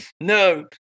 No